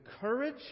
courage